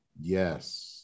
Yes